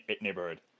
neighborhood